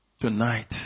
Tonight